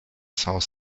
south